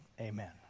amen